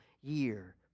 year